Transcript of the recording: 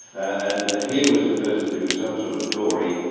and here was a person who was some sort of tory,